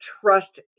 trust